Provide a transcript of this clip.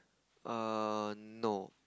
err no